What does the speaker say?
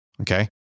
Okay